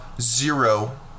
zero